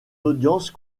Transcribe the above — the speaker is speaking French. audience